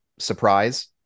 Surprise